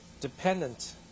dependent